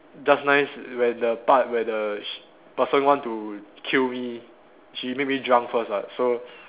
just nice when the part where the sh~ person want to kill me she make me drunk first what so